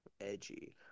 edgy